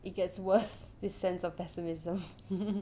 it gets worse this sense of pessimism